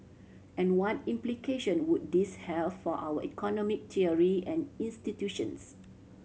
and what implication would this have for our economic theory and institutions